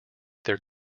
their